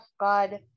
God